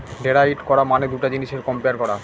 derive করা মানে দুটা জিনিসের কম্পেয়ার করা